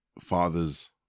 fathers